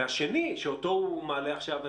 והשני שאותו הוא מעלה עכשיו,